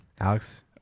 Alex